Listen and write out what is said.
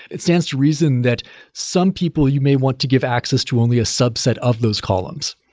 it stands to reason that some people you may want to give access to only a subset of those columns.